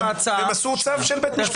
ובשביל זה